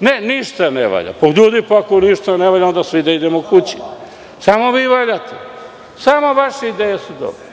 Ne, ništa ne valja. Ljudi, ako ništa ne valja, onda svi da idemo kući. Samo vi valjate. Samo vaše ideje su dobre.